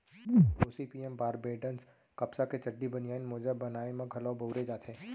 Gossypium barbadense कपसा के चड्डी, बनियान, मोजा बनाए म घलौ बउरे जाथे